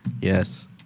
Yes